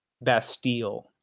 Bastille